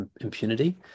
impunity